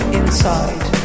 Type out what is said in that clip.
inside